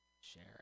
share